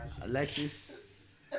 Alexis